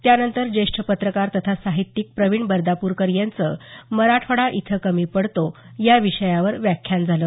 त्यानंतर ज्येष्ठ पत्रकार तथा साहित्यिक प्रवीण बर्दापूरकर यांचं मराठवाडा इथं कमी पडतो या विषयावर व्याख्यान झालं